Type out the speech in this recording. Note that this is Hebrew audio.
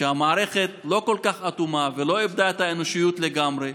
שהמערכת לא אטומה כל כך ולא איבדה את האנושיות לגמרי.